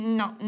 no